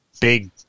big